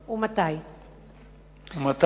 כלומר,